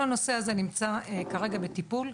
כל הנושא הזה נמצא כרגע בטיפול,